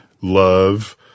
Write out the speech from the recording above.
love